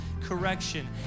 correction